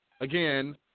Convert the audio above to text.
again